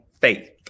faith